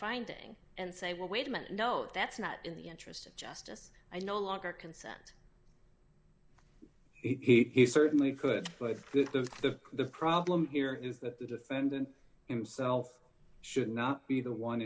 finding and say well wait a minute no that's not in the interest of justice i no longer consent he certainly could but there's the problem here is that the defendant himself should not be the one